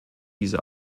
diese